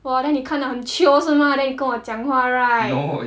!wah! then 你看到很 chio 是 mah 你跟我讲话 right